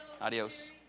adios